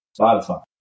Spotify